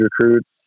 recruits